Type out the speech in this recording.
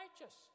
righteous